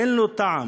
אין לו טעם.